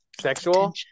sexual